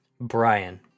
Brian